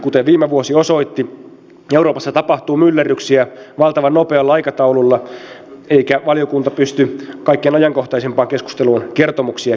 kuten viime vuosi osoitti euroopassa tapahtuu myllerryksiä valtavan nopealla aikataululla eikä valiokunta pysty kaikkein ajankohtaisimpaan keskusteluun kertomuksia käsiteltäessä